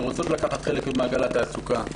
שרוצות לקחת חלק במעגל התעסוקה,